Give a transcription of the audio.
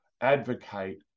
advocate